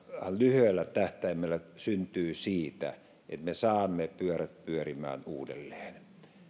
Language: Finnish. lyhyellä tähtäimellä syntyy siitä että me saamme pyörät pyörimään uudelleen